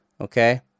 Okay